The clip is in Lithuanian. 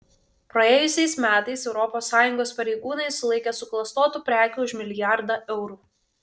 praėjusiais metais europos sąjungos pareigūnai sulaikė suklastotų prekių už milijardą eurų